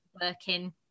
working